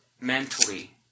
mentally